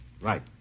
Right